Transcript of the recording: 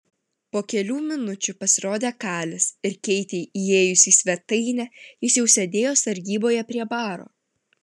po kelių minučių pasirodė kalis ir keitei įėjus į svetainę jis jau sėdėjo sargyboje prie baro